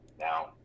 Now